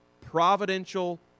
providential